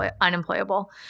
unemployable